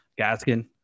Gaskin